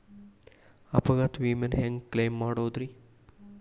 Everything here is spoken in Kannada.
ಅಪಘಾತ ವಿಮೆನ ಹ್ಯಾಂಗ್ ಕ್ಲೈಂ ಮಾಡೋದ್ರಿ?